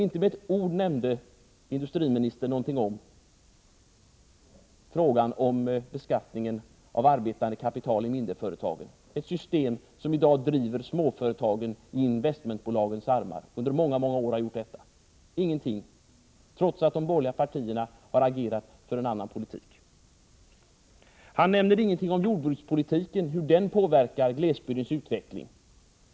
Industriministern nämnde inte med ett ord frågan om beskattningen av arbetande kapital i de mindre företagen, som med dagens system driver småföretagen i armarna på investmentbolagen. Detta har för övrigt pågått under många år. Industriministern nämnde ingenting om detta, trots att de borgerliga partierna har agerat för en annan politik. Industriministern nämnde heller ingenting om jordbrukspolitiken och om hur den påverkar glesbygdens utveckling.